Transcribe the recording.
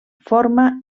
forma